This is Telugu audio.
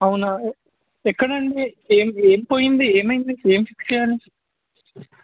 అవునా ఎక్కడ అండి ఏమి ఏమి పోయింది ఏమయింది ఏమి ఫిక్స్ చేయాలి